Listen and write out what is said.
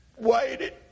waited